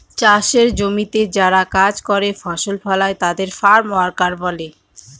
চাষের জমিতে যারা কাজ করে ফসল ফলায় তাদের ফার্ম ওয়ার্কার বলে